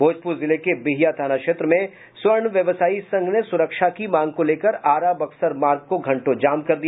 भोजपूर जिले के बिहिया थाना क्षेत्र में स्वर्ण व्यवसाई संघ ने स्रक्षा की मांग को लेकर आरा बक्सर मार्ग को घंटों जाम कर दिया